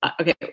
okay